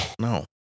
No